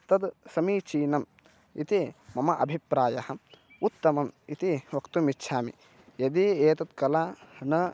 तद् समीचीनम् इति मम अभिप्रायः उत्तमम् इति वक्तुम् इच्छामि यदि एषा कला न